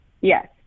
Yes